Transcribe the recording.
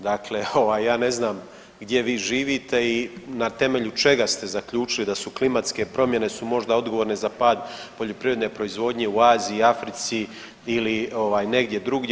Dakle, ja ne znam gdje vi živite i na temelju čega ste zaključili da su klimatske promjene možda odgovorne za pad poljoprivredne proizvodnje u Aziji, Africi ili negdje drugdje.